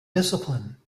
discipline